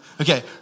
Okay